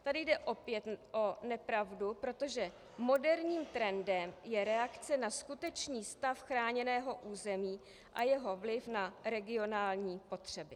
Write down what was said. Tady jde opět o nepravdu, protože moderním trendem je reakce na skutečný stav chráněného území a jeho vliv na regionální potřeby.